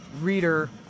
reader